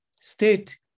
state